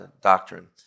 doctrine